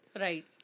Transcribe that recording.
Right